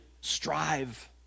strive